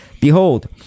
Behold